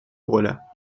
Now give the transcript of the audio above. коля